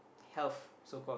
health so called